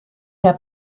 der